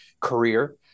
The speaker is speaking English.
career